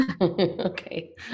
Okay